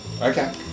Okay